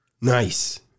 Nice